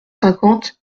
cinquante